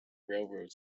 railroad